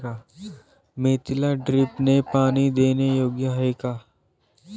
मेथीला ड्रिपने पाणी देणे योग्य आहे का?